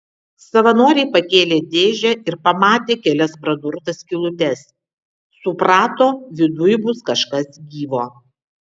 savanoriai pakėlė dėžę ir pamatė kelias pradurtas skylutes suprato viduj bus kažkas gyvo